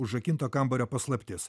užrakinto kambario paslaptis